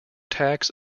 tax